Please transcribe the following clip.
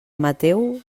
mateu